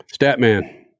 Statman